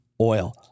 oil